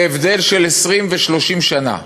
זה הבדל של 20 ו-30 שנה.